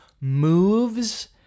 moves